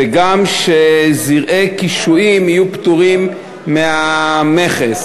וגם, שזרעי קישואים יהיו פטורים מהמכס.